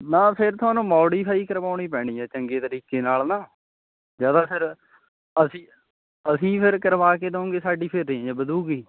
ਨਾ ਫਿਰ ਤੁਹਾਨੂੰ ਮੌਡੀਫਾਈ ਕਰਵਾਉਣੀ ਪੈਣੀ ਏ ਚੰਗੇ ਤਰੀਕੇ ਨਾਲ਼ ਨਾ ਜਾਂ ਤਾਂ ਫਿਰ ਅਸੀਂ ਅਸੀਂ ਫਿਰ ਕਰਵਾ ਕੇ ਦੇਵਾਂਗੇ ਸਾਡੀ ਫਿਰ ਰੇਂਜ ਵਧੂਗੀ